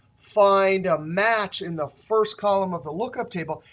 find a match in the first column of the lookup table,